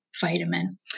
vitamin